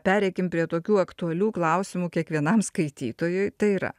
pereikime prie tokių aktualių klausimų kiekvienam skaitytojui tai yra